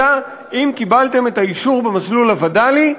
אלא אם קיבלתם את האישור במסלול הווד"לי,